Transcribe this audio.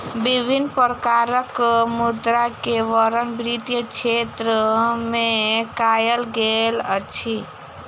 विभिन्न प्रकारक मुद्रा के वर्णन वित्तीय क्षेत्र में कयल गेल अछि